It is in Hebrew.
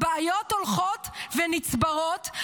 הבעיות הולכות ונצברות,